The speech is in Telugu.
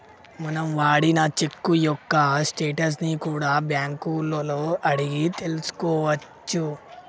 మనం వాడిన చెక్కు యొక్క స్టేటస్ ని కూడా బ్యేంకులలో అడిగి తెల్సుకోవచ్చు